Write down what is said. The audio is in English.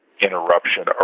interruption